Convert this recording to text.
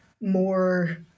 more